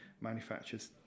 manufacturers